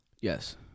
yes